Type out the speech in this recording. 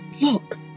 Look